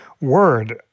word